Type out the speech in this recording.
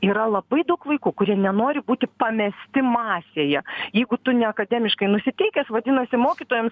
yra labai daug vaikų kurie nenori būti pamesti masėje jeigu tu ne akademiškai nusiteikęs vadinasi mokytojams